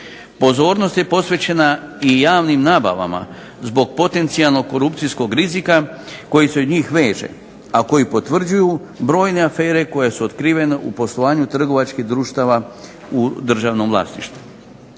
Pozornost je posvećena i javnim nabavama zbog potencijalnog korupcijskog rizika koji se uz njih veže, a koji potvrđuju brojne afere koje su otkrivene u poslovanju trgovačkih društava u državnom vlasništvu.